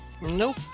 Nope